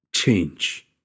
Change